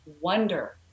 wonder